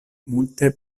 multe